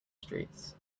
streets